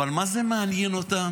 אבל מה זה מעניין אותם?